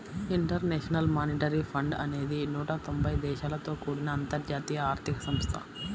international monetary fund అనేది నూట తొంబై దేశాలతో కూడిన అంతర్జాతీయ ఆర్థిక సంస్థ